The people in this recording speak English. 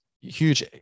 huge